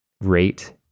rate